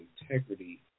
integrity